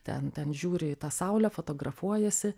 ten ten žiūri į tą saulę fotografuojasi